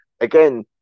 Again